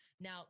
Now